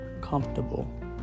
comfortable